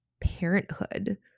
parenthood